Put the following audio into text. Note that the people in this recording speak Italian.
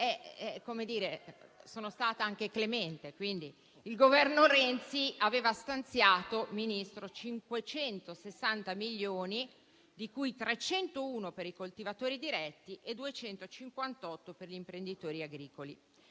Sono stata anche clemente. Il Governo Renzi aveva stanziato, signor Ministro, 560 milioni, di cui 301 per i coltivatori diretti e 258 per gli imprenditori agricoli.